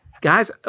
Guys